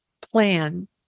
plan